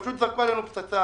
פשוט זרקו עלינו פצצה,